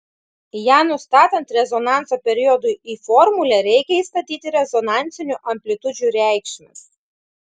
ją nustatant rezonanso periodui į formulę reikia įstatyti rezonansinių amplitudžių reikšmes